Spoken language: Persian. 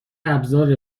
ابزار